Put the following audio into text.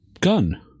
gun